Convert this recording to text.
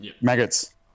Maggots